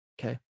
Okay